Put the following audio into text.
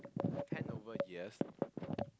ten over years